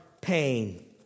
pain